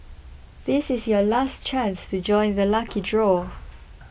this is your last chance to join the lucky draw